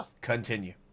Continue